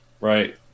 Right